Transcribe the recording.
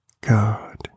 God